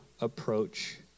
approach